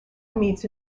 meets